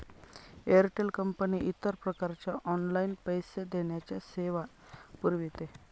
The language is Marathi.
एअरटेल कंपनी इतर प्रकारच्या ऑनलाइन पैसे देण्याच्या सेवा पुरविते